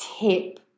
tip